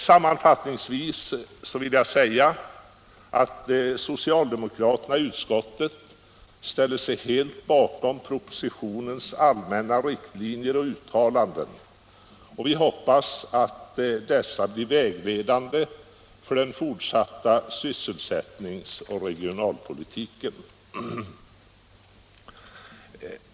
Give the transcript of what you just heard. Sammanfattningsvis vill jag säga att socialdemokraterna i utskottet helt ställer sig bakom propositionens allmänna riktlinjer och uttalanden och vi hoppas att dessa blir vägledande för den fortsatta sysselsättnings och regionalpolitiken.